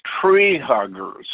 tree-huggers